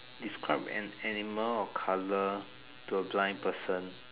describe an animal of colour to a blind person